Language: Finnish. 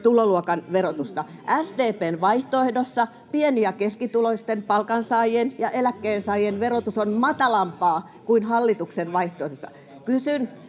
niitä kirjoja!] SDP:n vaihtoehdossa pieni- ja keskituloisten palkansaajien ja eläkkeensaajien verotus on matalampaa kuin hallituksen vaihtoehdossa.